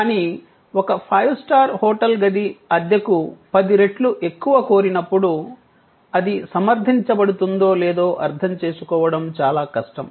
కానీ ఒక five star hotel గది అద్దెకు పది రెట్లు ఎక్కువ కోరినప్పుడు అది సమర్థించబడుతుందో లేదో అర్థం చేసుకోవడం చాలా కష్టం